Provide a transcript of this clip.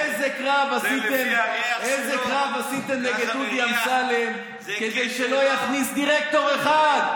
איזה קרב עשיתם נגד דודי אמסלם כדי שלא יכניס דירקטור אחד.